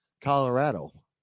Colorado